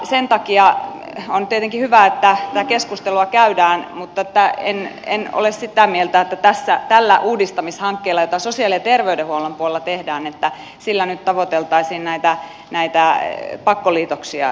sen takia on tietenkin hyvä että tätä keskustelua käydään mutta en ole sitä mieltä että tässä tällä uudistamishankkeella jota sosiaali ja terveydenhuollon puolella tehdään nyt tavoiteltaisiin näitä pakkoliitoksia